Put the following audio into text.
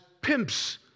pimps